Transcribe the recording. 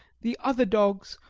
the other dogs,